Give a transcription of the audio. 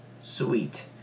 Sweet